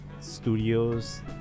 studios